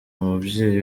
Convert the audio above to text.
umubyeyi